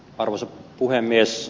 arvoisa puhemies